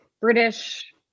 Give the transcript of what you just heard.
British